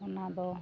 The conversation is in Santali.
ᱚᱱᱟ ᱫᱚ